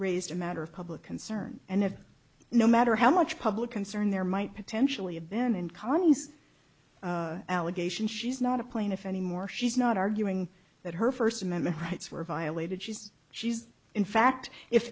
raised a matter of public concern and if no matter how much public concern there might potentially have been in connally's allegations she's not a plaintiff anymore she's not arguing that her first amendment rights were violated she says she's in fact if